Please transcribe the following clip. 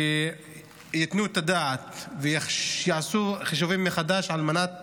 ייתנו את הדעת ויעשו חושבים מחדש על מנת